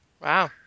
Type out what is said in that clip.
Wow